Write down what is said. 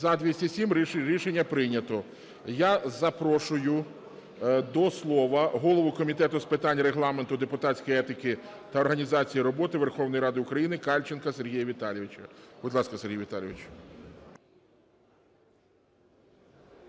За-207 Рішення прийнято. Я запрошую до слова голову Комітету з питань Регламенту, депутатської етики та організації роботи Верховної Ради України Кальченка Сергія Віталійовича. Будь ласка, Сергій Віталійович.